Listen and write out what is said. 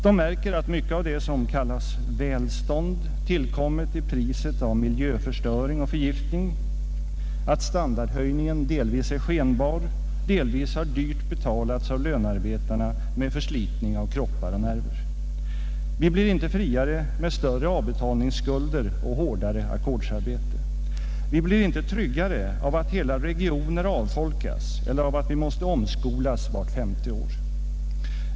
De märker att mycket av det som kallas välstånd tillkommit till priset av miljöförstöring och förgiftning, att standardhöjningen delvis är skenbar, delvis har dyrt betalats av lönarbetarna med förslitning av kroppar och nerver. Vi blir inte friare med större avbetalningsskulder och hårdare ackordsarbete. Vi blir inte tryggare av att hela regioner avfolkas eller av att vi måste omskolas vart femte år.